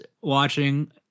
watching